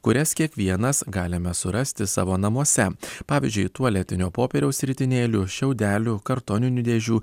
kurias kiekvienas galime surasti savo namuose pavyzdžiui tualetinio popieriaus ritinėlių šiaudelių kartoninių dėžių